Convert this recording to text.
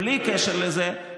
בלי קשר לזה,